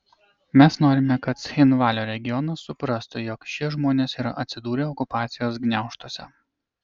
mes norime kad cchinvalio regionas suprastų jog šie žmonės yra atsidūrę okupacijos gniaužtuose